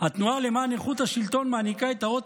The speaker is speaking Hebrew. התנועה למען איכות השלטון מעניקה את האות